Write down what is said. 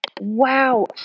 wow